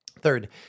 Third